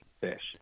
fish